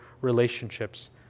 relationships